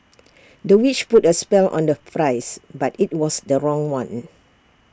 the witch put A spell on the flies but IT was the wrong one